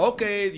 Okay